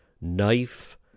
knife